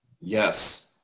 Yes